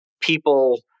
people